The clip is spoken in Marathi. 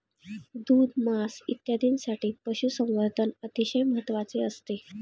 दूध, मांस इत्यादींसाठी पशुसंवर्धन अतिशय महत्त्वाचे असते